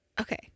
Okay